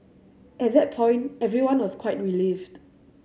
at that point everyone was quite relieved